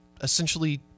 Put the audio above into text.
essentially